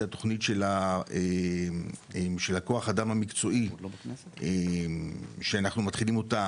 זו התוכנית של כוח האדם המקצועי שאנחנו מתחילים אותה,